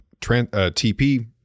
tp